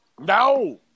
no